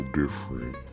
different